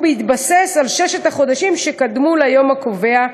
בהתבסס על ששת החודשים שקדמו ליום הקובע,